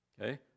Okay